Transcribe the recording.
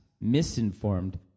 misinformed